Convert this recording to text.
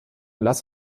lass